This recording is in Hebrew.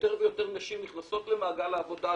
יותר ויותר נשים נכנסות למעגל העבודה,